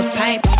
pipe